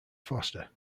foster